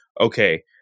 Okay